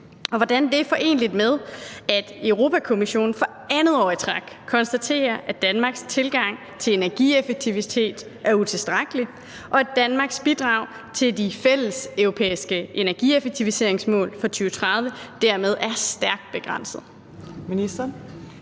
omstilling er foreneligt med, at Europa-Kommissionen for andet år i træk kan konstatere, at Danmarks tilgang til energieffektivitet er utilstrækkelig – og at Danmarks bidrag til det fælleseuropæiske energieffektivitetsmål for 2030 dermed er stærkt begrænset? Fjerde